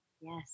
Yes